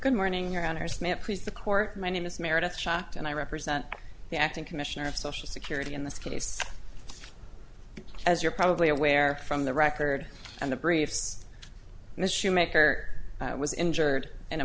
good morning your honor smith please the court my name is meredith shocked and i represent the acting commissioner of social security in this case as you're probably aware from the record and the briefs and the shoemaker was injured in a